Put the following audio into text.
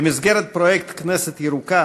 במסגרת פרויקט "כנסת ירוקה"